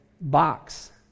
box